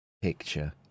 Picture